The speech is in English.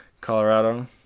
Colorado